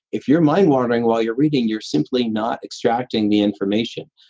if you're mind-wandering while you're reading, you're simply not extracting the information.